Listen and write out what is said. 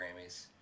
Grammys